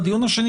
והדיון השני,